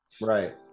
Right